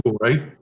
right